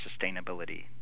sustainability